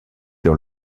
dans